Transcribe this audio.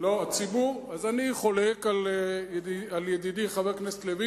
אז אני חולק על ידידי חבר הכנסת לוין.